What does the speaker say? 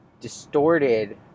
distorted